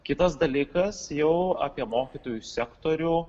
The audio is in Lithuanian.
kitas dalykas jau apie mokytojų sektorių